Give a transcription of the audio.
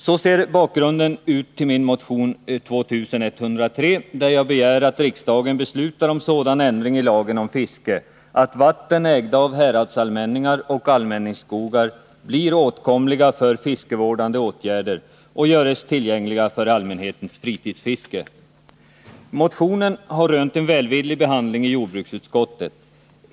Så ser bakgrunden ut till min motion 2103, där jag begär att riksdagen beslutar om sådan ändring i lagen om fiske, att vatten ägda av häradsallmänningar och allmänningsskogar blir åtkomliga för fiskevårdande åtgärder och görs tillgängliga för allmänhetens fritidsfiske. Motionen har rönt en välvillig behandling i jordbruksutskottet.